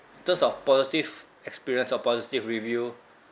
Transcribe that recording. in terms of positive experience or positive review